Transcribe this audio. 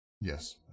Yes